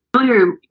earlier